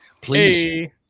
Please